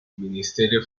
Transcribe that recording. ministerio